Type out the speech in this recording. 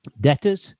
debtors